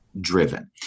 driven